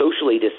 socially